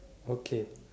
okay